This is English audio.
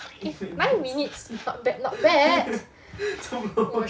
five minutes not bad not bad